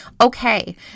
okay